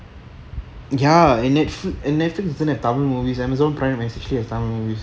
ya and netfli~ netflix இல்ல:illa tamil movies amazon prime actually has tamil movies